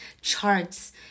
charts